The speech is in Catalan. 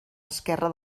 esquerre